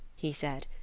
he said,